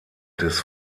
des